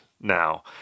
now